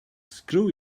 screw